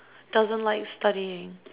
doesn't like studying